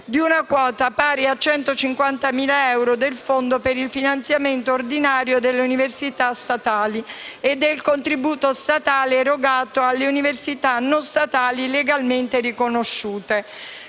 di una quota pari a 150.000 euro del fondo per il finanziamento ordinario delle università statali e del contributo statale erogato alle università non statali legalmente riconosciute.